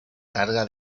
carga